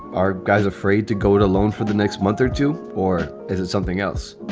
are guys afraid to go it alone for the next month or two? or is it something else?